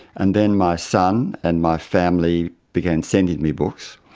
and then my son and my family began sending me books.